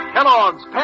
Kellogg's